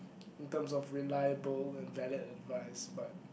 in terms of reliable and valid advice but